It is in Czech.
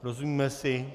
Rozumíme si?